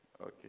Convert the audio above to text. Okay